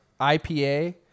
IPA